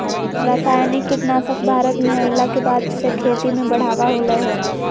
रासायनिक कीटनासक भारत में अइला के बाद से खेती में बढ़ावा होलय हें